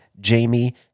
Jamie